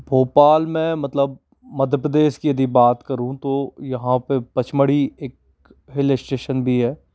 भोपाल में मतलब मध्य प्रदेश की यदि बात करूँ तो यहाँ पर पचमड़ी एक हिल इस्टेशन भी है